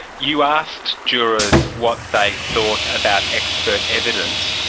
you asked jurors what they thought about expert evidence.